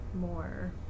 more